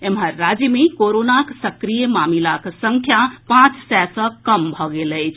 एम्हर राज्य मे कोरोनाक सक्रिय मामिलाक संख्या पांच सय सँ कम भऽ गेल अछि